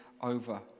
over